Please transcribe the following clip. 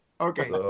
Okay